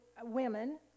women